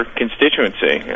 constituency